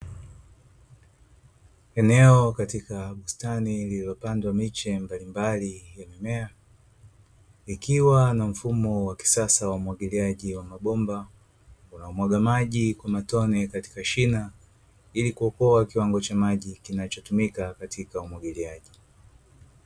Eneo katika bustani lililopandwa miche mbalimbali ya mimea ikiwa na mfumo wa kisasa wa umwagiliaji wa mabomba unamwaga maji kwa matone katika shina ili kuokoa kiwango cha maji kinachotumika katika umwagiliaji.